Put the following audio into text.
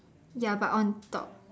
ya but on top